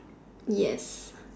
yes